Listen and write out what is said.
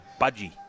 budgie